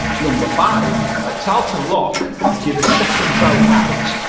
number five at tarleton lock if you're the second boat out,